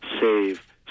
save